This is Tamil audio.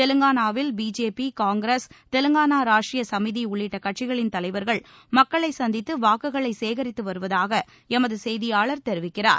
தெலங்கானாவில் பிஜேபி காங்கிரஸ் தெலங்காளா ராஷ்ரிய சமிதி உள்ளிட்ட கட்சிகளின் தலைவர்கள் மக்களை சந்தித்து வாக்குகளை சேகரித்து வருவதாக எமது செய்தியாளர் தெரிவிக்கிறார்